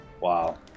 Wow